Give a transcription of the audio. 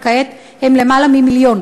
וכעת הם יותר ממיליון.